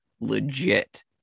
legit